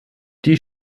die